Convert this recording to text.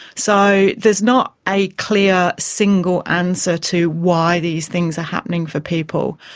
so there's not a clear single answer to why these things are happening for people.